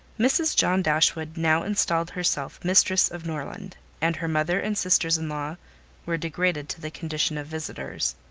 mrs. john dashwood now installed herself mistress of norland and her mother and sisters-in-law were degraded to the condition of visitors.